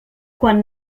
quan